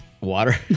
water